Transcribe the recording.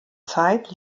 zeit